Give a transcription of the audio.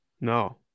no